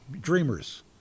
Dreamers